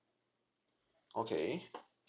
okay